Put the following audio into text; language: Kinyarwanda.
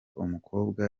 umukobwa